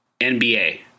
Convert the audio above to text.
NBA